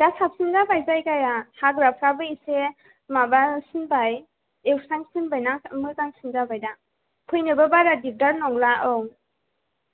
दा साबसिन जाबाय जायगाया हाग्राफ्राबो एसे माबासिनबाय एवस्रांसिनबायना मोजांसिन जाबाय दा फैनोबो बारा दिगदार नंला दा औ